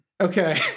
Okay